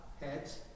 heads